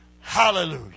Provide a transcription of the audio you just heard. hallelujah